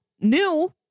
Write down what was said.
new